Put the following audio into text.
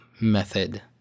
method